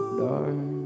dark